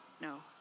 No